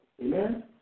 Amen